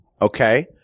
okay